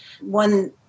one